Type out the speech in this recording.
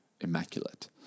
immaculate